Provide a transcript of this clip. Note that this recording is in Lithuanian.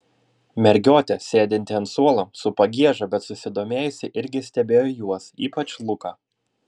mergiotė sėdinti ant suolo su pagieža bet susidomėjusi irgi stebėjo juos ypač luką